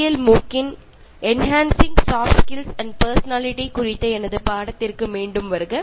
എല്ലിന്റെ കോഴ്സ് ആയ enhancing soft skills and personality എന്ന കോഴ്സിലേക്ക് വീണ്ടും സ്വാഗതം